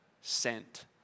Sent